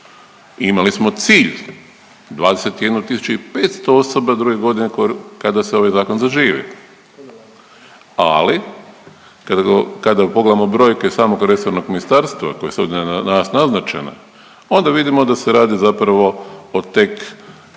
Imali smo cilj 21 tisuću i 500 osoba druge godine kada se ovaj zakon zaživi, ali kada, kada pogledamo brojke samog resornog ministarstva koje su ovdje danas naznačene onda vidimo da se radi zapravo o tek